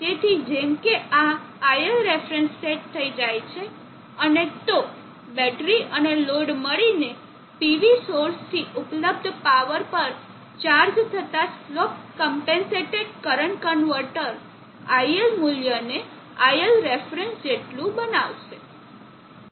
તેથી જેમ કે આ iL રેફરન્સ સેટ થઈ જાય છે અને તો બેટરી અને લોડ મળીને PV સોર્સથી ઉપલબ્ધ પાવર પર ચાર્જ થતા slope compensated current converter iL મૂલ્યને iL રેફરન્સ જેટલું બનાવશે